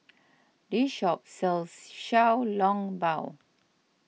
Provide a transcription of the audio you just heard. this shop sells Xiao Long Bao